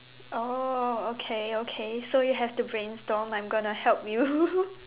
oh okay okay so you have to brainstorm I'm gonna help you